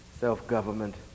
self-government